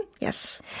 Yes